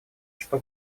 что